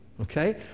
okay